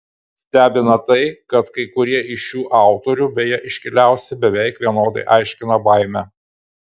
stebina tai kad kai kurie iš šių autorių beje iškiliausi beveik vienodai aiškina baimę